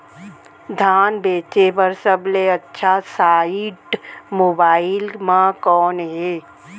धान बेचे बर सबले अच्छा साइट मोबाइल म कोन हे?